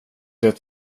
det